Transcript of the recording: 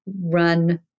run